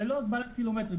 ללא הגבלת קילומטרים.